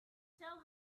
tell